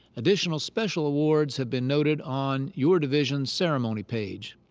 additional special awards have been noted on your division's ceremony page.